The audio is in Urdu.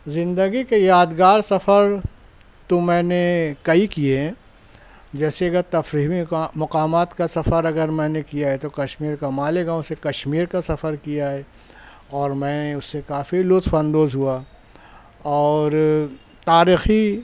زندگی کے یادگار سفر تو میں نے کئی کیے ہیں جیسے کہ تفہیمی مقامات کا سفر اگر میں نے کیا ہے تو کشمیر کا مالیگاؤں سے کشمیر کا سفر کیا ہے اور میں اس سے کافی لطف اندوز ہوا اور تاریخی